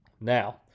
Now